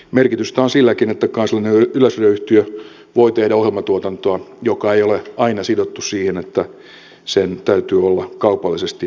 merkitystä on silläkin että kansallinen yleisradioyhtiö voi tehdä ohjelmatuotantoa joka ei ole aina sidottu siihen että sen täytyy olla kaupallisesti myytävissä